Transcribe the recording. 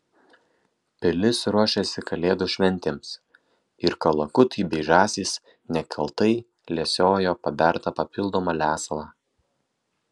pilis ruošėsi kalėdų šventėms ir kalakutai bei žąsys nekaltai lesiojo pabertą papildomą lesalą